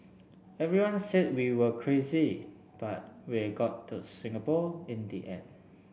everyone said we were crazy but we got to Singapore in the end